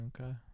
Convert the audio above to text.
okay